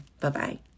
Bye-bye